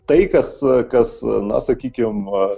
tai kas kas na sakykim